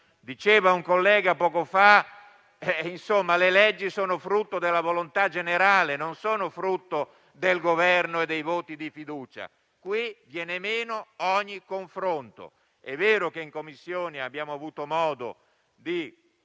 Diceva un collega poco fa che le leggi sono frutto della volontà generale, e non del Governo e dei voti di fiducia. Qui invece viene meno ogni confronto. È vero che in Commissione abbiamo avuto modo di